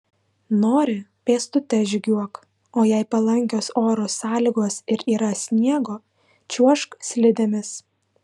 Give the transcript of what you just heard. nori pėstute žygiuok o jei palankios oro sąlygos ir yra sniego čiuožk slidėmis